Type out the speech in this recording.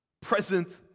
present